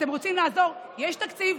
אתם רוצים לעזור, יש תקציב.